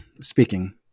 speaking